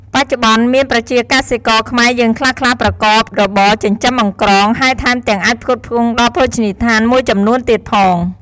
បច្ចុប្បន្ន មានប្រជាកសិករខ្មែរយើងខ្លះៗប្រកបរបរចិញ្ចឹមអង្រ្កង ហើយថែមទាំងអាចផ្គត់ផ្គង់ដល់ភោជនីយដ្ឋានមួយចំនួនទៀតផង។